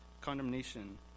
condemnation